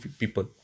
people